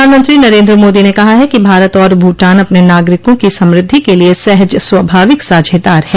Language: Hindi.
प्रधानमंत्री नरेन्द्र मोदी ने कहा है कि भारत और भूटान अपने नागरिकों की समृद्धि के लिए सहज स्वाभाविक साझेदार है